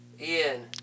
Ian